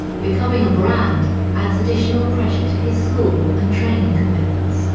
becoming a brand adds additional pressure to his school and training commitments